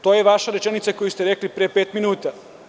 To je vaša rečenica koju ste rekli pre pet minuta.